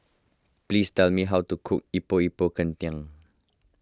please tell me how to cook Epok Epok Kentang